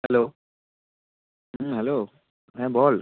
hello হুম hello হ্যাঁ বল